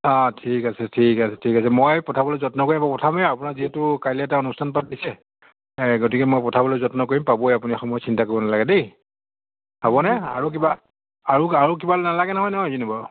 অঁ ঠিক আছে ঠিক আছে ঠিক আছে মই পঠাবলৈ যত্ন কৰিম বাৰু মই পঠামেই আপোনাক যিহেতু কাইলৈ এটা অনুষ্ঠান পাতিছে এই গতিকে মই পঠাবলৈ যত্ন কৰিম পাবই আপুনি সময়ত চিন্তা কৰিব নালাগে দেই হ'ব নে আৰু কিবা আৰু আৰু কিবা নালাগে নহয় নহয় জানো বাৰু